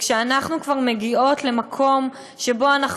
כשאנחנו כבר מגיעות למקום שבו אנחנו